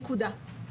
נקודה.